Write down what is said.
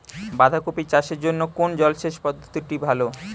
বাঁধাকপি চাষের জন্য কোন জলসেচ পদ্ধতিটি ভালো?